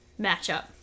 matchup